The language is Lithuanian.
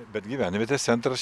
bet gyvenvietės centras